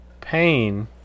pain